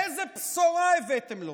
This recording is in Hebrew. איזו בשורה הבאתם לו?